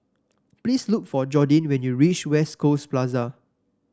please look for Jordin when you reach West Coast Plaza